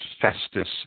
Festus